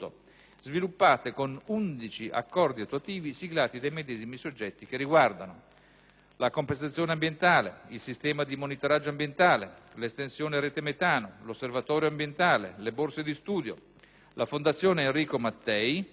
sviluppate con 11 accordi attuativi, siglati dai medesimi soggetti che riguardano: la compensazione ambientale; il sistema di monitoraggio ambientale; 1'estensione della rete metano; l'Osservatorio ambientale; le borse di studio; la Fondazione Enrico Mattei;